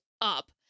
up